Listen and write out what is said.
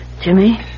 Jimmy